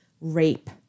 rape